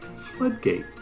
Floodgate